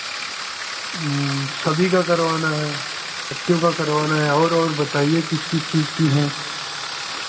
ह्म्म सभी का करवाना है बच्चों का करवाना है और और बताइए किस किस चीज़ की है